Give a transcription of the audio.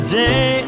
day